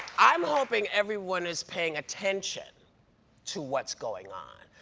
i'm hoping everyone is paying attention to what's going on.